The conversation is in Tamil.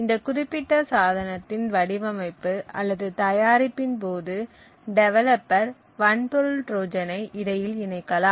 இந்த குறிப்பிட்ட சாதனத்தின் வடிவமைப்பு அல்லது தயாரிப்பின் போது டெவலப்பர் வன்பொருள் ட்ரோஜன் இடையில் இணைக்கலாம்